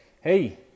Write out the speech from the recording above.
hey